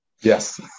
Yes